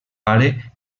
pare